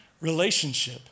relationship